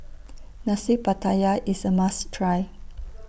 Nasi Pattaya IS A must Try